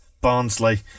Barnsley